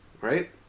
right